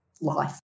life